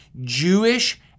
Jewish